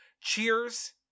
Cheers